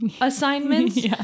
assignments